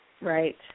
Right